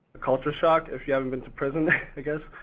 a culture shock if you haven't been to prison, i guess.